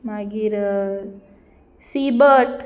मागीर सीबट